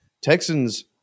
Texans